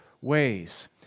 ways